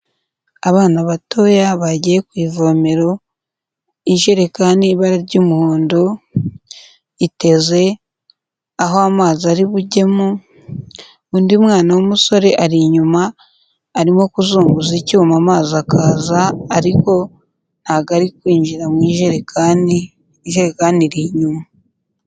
Abana batoya bagiye ku ivomero, ijerekani y'ibara ry'umuhondo iteze aho amazi ari bugemo, undi mwana w'umusore ari inyuma arimo kuzunguza icyuma amazi akaza ariko ntabwo ari kwinjira mu ijerekani, ijerekani iri inyuma.